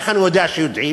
איך אני יודע שיודעים?